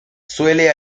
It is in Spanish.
suele